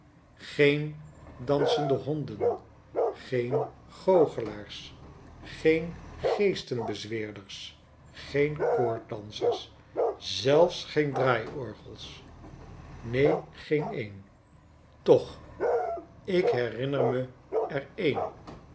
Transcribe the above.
geen dansende honden geen goochelaars geen geestenbezweerders geenkoorddansers zelfs geen draaiorgels neen geen een toch ik herinner me er een